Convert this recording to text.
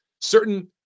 certain